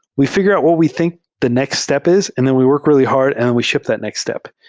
we figure out what we think the next step is and then we work really hard and then we ship that next step.